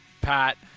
Pat